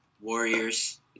Warriors